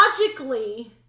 logically